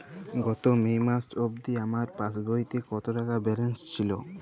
গত মে মাস অবধি আমার পাসবইতে কত টাকা ব্যালেন্স ছিল?